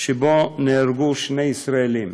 שבו נהרגו שני ישראלים.